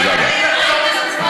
תודה רבה.